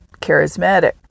charismatic